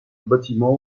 bâtiment